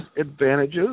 advantages